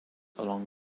along